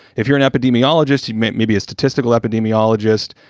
if you're an epidemiologist, he meant maybe a statistical epidemiologist.